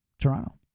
Toronto